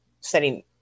setting